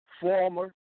former